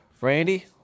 Randy